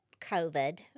COVID